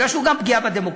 מפני שהוא גם פגיעה בדמוקרטיה,